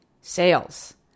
sales